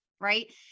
right